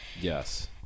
yes